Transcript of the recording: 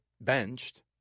benched